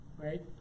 right